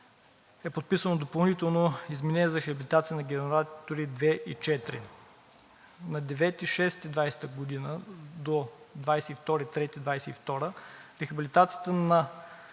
е подписано допълнително изменение за рехабилитация на генератори 2 и 4. На 9 юни 2020 г. до 22 март 2022 г. рехабилитацията на